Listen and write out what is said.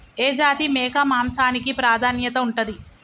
ఏ జాతి మేక మాంసానికి ప్రాధాన్యత ఉంటది?